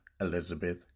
Elizabeth